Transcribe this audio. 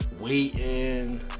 waiting